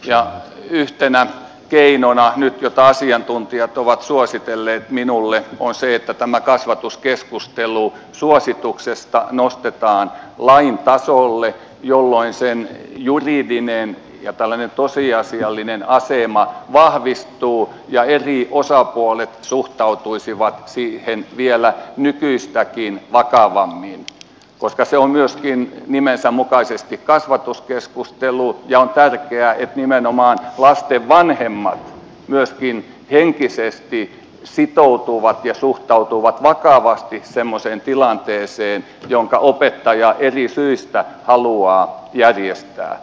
nyt yhtenä keinona jota asiantuntijat ovat suositelleet minulle on se että tämä kasvatuskeskustelu nostetaan suosituksesta lain tasolle jolloin sen juridinen ja tällainen tosiasiallinen asema vahvistuu ja eri osapuolet suhtautuisivat siihen vielä nykyistäkin vakavammin koska se on myöskin nimensä mukaisesti kasvatuskeskustelu ja on tärkeää että nimenomaan lasten vanhemmat myöskin henkisesti sitoutuvat ja suhtautuvat vakavasti semmoiseen tilanteeseen jonka opettaja eri syistä haluaa järjestää